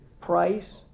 price